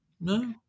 No